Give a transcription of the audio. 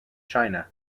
china